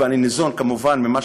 ואני ניזון כמובן ממה